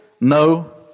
No